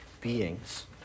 beings